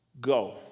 go